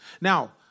Now